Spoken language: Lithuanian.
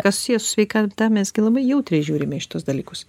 kas susiję su sveikata mes gi labai jautriai žiūri į šituos dalykus